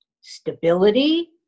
Stability